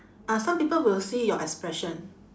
ah some people will see your expression